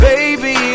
Baby